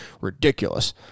Ridiculous